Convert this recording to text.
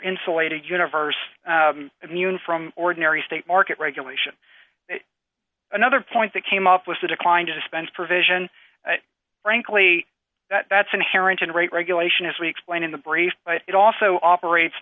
insulated universe immune from ordinary state market regulation another point that came up with the decline to dispense provision frankly that's inherent in rate regulation as we explained in the brief but it also operates